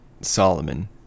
Solomon